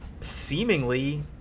seemingly